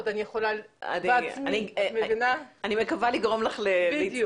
ואני שמחה שהדיון הזה